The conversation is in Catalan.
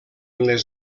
les